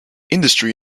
industry